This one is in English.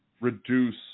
reduce